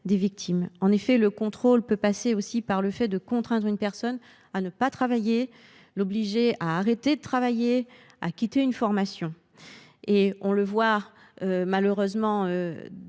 des victimes. En effet, le contrôle peut aussi passer par le fait de contraindre une personne à ne pas travailler, à l’obliger à arrêter de travailler ou à quitter une formation. On lit malheureusement